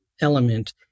element